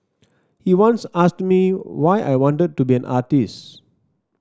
he once asked me why I wanted to be an artist